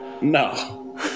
No